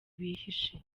bihishe